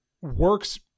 works